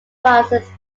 francis